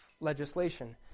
legislation